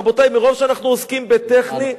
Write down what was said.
רבותי, מרוב שאנחנו עוסקים בטכני,